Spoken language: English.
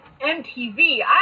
MTV